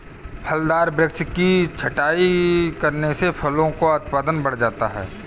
फलदार वृक्ष की छटाई करने से फलों का उत्पादन बढ़ जाता है